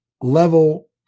level